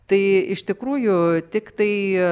tai iš tikrųjų tiktai